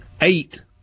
eight